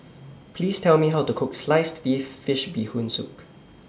Please Tell Me How to Cook Sliced Fish Bee Hoon Soup